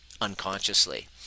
unconsciously